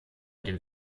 dem